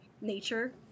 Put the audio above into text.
nature